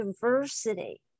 diversity